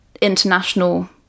international